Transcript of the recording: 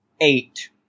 eight